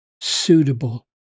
suitable